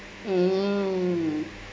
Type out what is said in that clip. mm